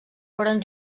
foren